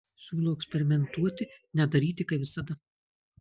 siūlau eksperimentuoti nedaryti kaip visada